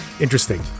interesting